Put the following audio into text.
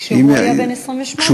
כשהוא היה בן 28?